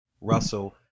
russell